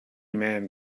man